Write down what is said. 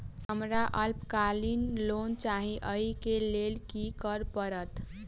हमरा अल्पकालिक लोन चाहि अई केँ लेल की करऽ पड़त?